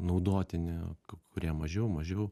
naudotini kurie mažiau mažiau